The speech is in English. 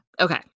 okay